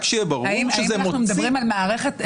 האם אנחנו מדברים על מערכת אמונות?